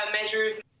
measures